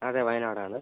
അതെ വയനാട് ആണ്